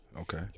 Okay